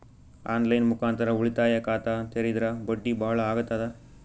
On line ಮುಖಾಂತರ ಉಳಿತಾಯ ಖಾತ ತೇರಿದ್ರ ಬಡ್ಡಿ ಬಹಳ ಅಗತದ?